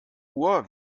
uhr